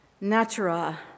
natura